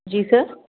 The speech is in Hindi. जी सर